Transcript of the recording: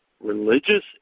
religious